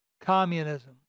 Communism